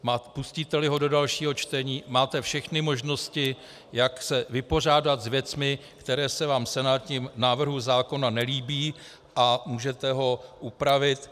Pustíteli ho do dalšího čtení, máte všechny možnosti, jak se vypořádat s věcmi, které se vám v senátním návrhu zákona nelíbí, a můžete ho upravit.